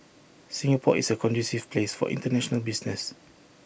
Singapore is A conducive place for International business